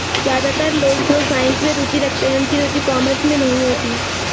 ज्यादातर लोग जो साइंस में रुचि रखते हैं उनकी रुचि कॉमर्स में नहीं होती